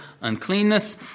uncleanness